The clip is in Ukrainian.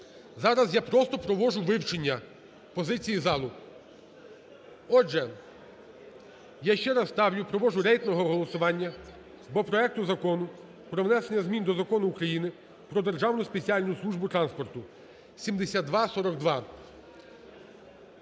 Зараз я просто провожу вивчення позиції залу. Отже, я ще раз ставлю, провожу рейтингове голосування по проекту Закону про внесення змін до Закону України "Про Державну спеціальну службу транспорту" (7242).